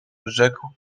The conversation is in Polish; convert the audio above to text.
rzekł